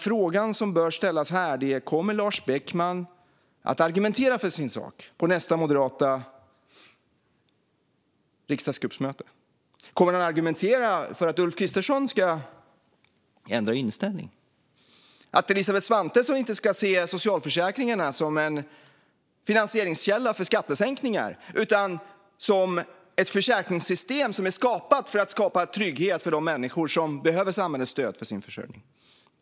Frågorna som bör ställas är: Kommer Lars Beckman att argumentera för sin sak på nästa moderata riksdagsgruppsmöte? Kommer han att argumentera för att Ulf Kristersson ska ändra inställning och för att Elisabeth Svantesson inte ska se socialförsäkringarna som en finansieringskälla för skattesänkningar utan som ett försäkringssystem som är skapat för att ge trygghet åt de människor som behöver samhällets stöd för sin försörjning?